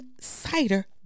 cider